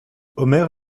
omer